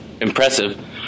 impressive